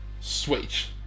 switch